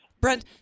brent